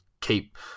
keep